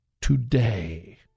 today